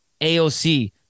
AOC